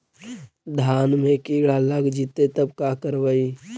धान मे किड़ा लग जितै तब का करबइ?